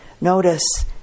notice